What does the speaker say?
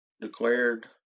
declared